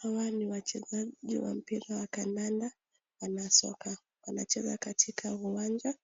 Hawa ni wachezaji wa mpira wa kandanda wanasoka wanacheza katika uwanja.